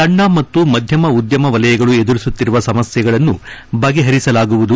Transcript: ಸಣ್ಣ ಮತ್ತು ಮಧ್ಯಮ ಉದ್ಯಮ ವಲಯಗಳು ಎದುರಿಸುತ್ತಿರುವ ಸಮಸ್ಥೆಗಳನ್ನು ಬಗೆಹರಿಸಲಾಗುವುದು